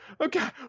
okay